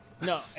No